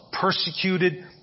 persecuted